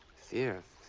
fears.